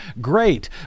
great